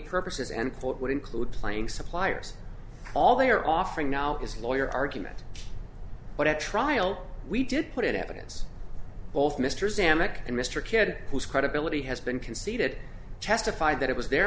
court would include playing suppliers all they are offering now is lawyer argument but at trial we did put it evidence both mr samak and mr kid whose credibility has been conceded testified that it was their